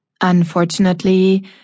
Unfortunately